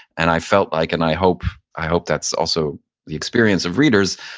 and i felt like, and i hope i hope that's also the experience of readers,